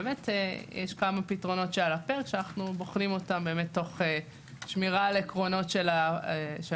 יש כמה פתרונות על הפרק שאנו בוחנים אותם תוך שמירה על עקרונות פלת"ד,